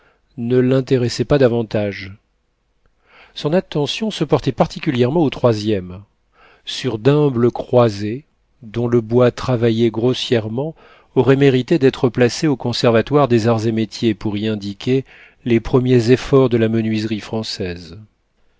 ne l'intéressaient pas davantage son attention se portait particulièrement au troisième sur d'humbles croisées dont le bois travaillé grossièrement aurait mérité d'être placé au conservatoire des arts et métiers pour y indiquer les premiers efforts de la menuiserie française